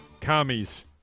commies